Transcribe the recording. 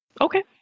Okay